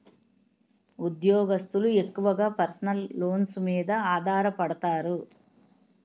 ఉద్యోగస్తులు ఎక్కువగా personal loans మీద ఆధారపడతారు